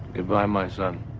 goodbye, my son.